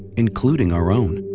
including our own.